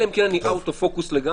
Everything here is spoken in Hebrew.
אלא אם כן אני out of focus לגמרי,